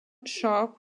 sharp